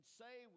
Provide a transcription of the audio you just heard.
say